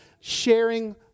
sharing